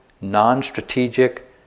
non-strategic